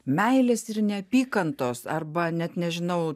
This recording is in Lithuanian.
meilės ir neapykantos arba net nežinau